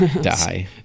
die